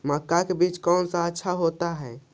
मक्का का बीज कौन सा अच्छा होता है?